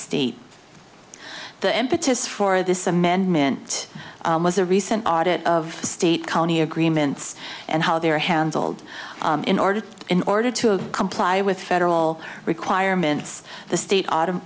state the impetus for this amendment was a recent audit of state county agreements and how they were handled in order to in order to comply with federal requirements the state autumn